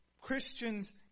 Christians